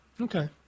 Okay